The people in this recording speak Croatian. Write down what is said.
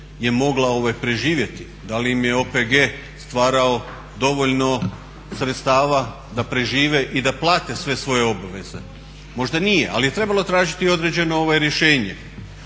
je mogla preživjeti, da li im je OPG stvarao dovoljno sredstava da prežive i da plate sve svoje obveze. Možda nije, ali je trebalo tražiti određeno rješenje.